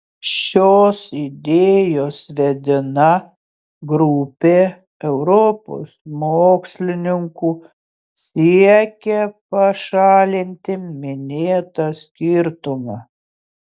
šios idėjos vedina grupė europos mokslininkų siekia pašalinti minėtą skirtumą